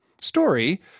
story